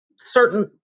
certain